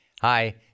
Hi